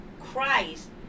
Christ